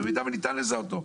במידה וניתן לזהותו".